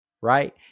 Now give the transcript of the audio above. right